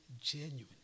genuine